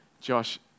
Josh